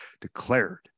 declared